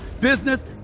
business